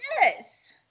Yes